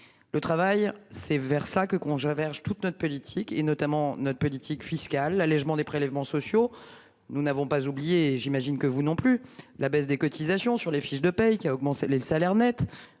Le travail c'est vers ça que qu'on jouait verges toute notre politique et notamment notre politique fiscale l'allégement des prélèvements sociaux. Nous n'avons pas oublié, j'imagine que vous non plus. La baisse des cotisations sur les fiches de paye qui à augmenter les salaires nets